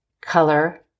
color